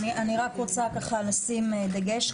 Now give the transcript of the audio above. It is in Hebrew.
אני רוצה לשים דגש.